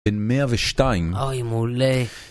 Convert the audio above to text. ‫בן 102. ‫-אוי, מעולה.